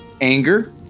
anger